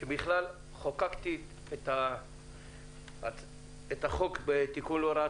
שבכלל חוקקתי את החוק בתיקון להוראת